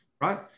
right